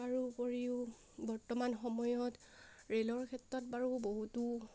তাৰোপৰিও বৰ্তমান সময়ত ৰে'লৰ ক্ষেত্ৰত বাৰু বহুতো